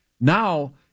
Now